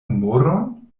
humoron